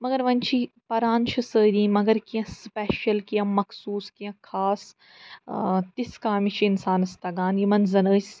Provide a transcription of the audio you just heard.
مگر وۄنۍ چھِ یہِ پَران چھِ سٲری مگر کیٚنٛہہ سپیشَل کیٚنٛہہ مخصوٗص کیٚنٛہہ خاص ٲں تِژھ کامہِ چھِ اِنسانَس تگان یِمَن زَن أسۍ